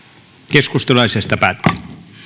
keskustelu asiasta päättyi